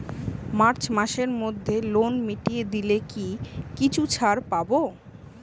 March মাসের মধ্যে loan মিটিয়ে দিলে কি কিছু ছাড় পাব?